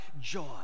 joy